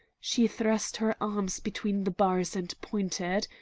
she thrust her arms between the bars and pointed.